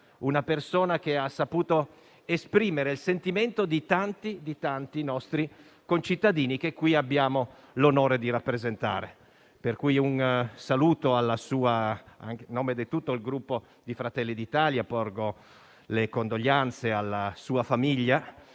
una persona che ha saputo esprimere il sentimento di tanti nostri concittadini che qui abbiamo l'onore di rappresentare. A nome di tutto il Gruppo Fratelli d'Italia, porgo le condoglianze alla sua famiglia,